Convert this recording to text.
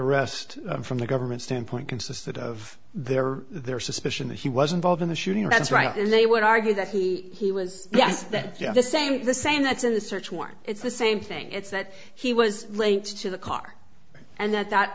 arrest from the government standpoint consisted of there there suspicion that he was involved in the shooting that's right and they would argue that he he was yes that you have the same the same that's in the search warrant it's the same thing it's that he was linked to the car and that that